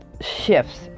shifts